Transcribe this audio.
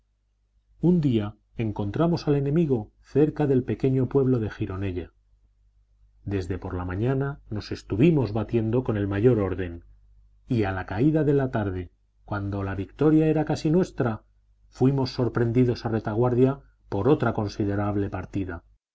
un día encontramos al enemigo cerca del pequeño pueblo de gironella desde por la mañana nos estuvimos batiendo con el mayor orden y a la caída de la tarde cuando la victoria era casi nuestra fuimos sorprendidos a retaguardia por otra considerable partida